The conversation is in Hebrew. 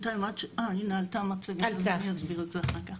אני אסביר את זה אחר כך.